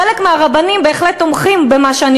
חלק מהרבנים בהחלט תומכים במה שאני